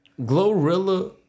Glorilla